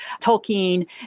Tolkien